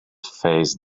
phase